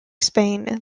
spain